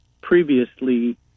previously